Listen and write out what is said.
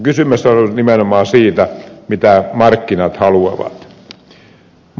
kysymyshän on nimenomaan siitä mitä markkinat haluavat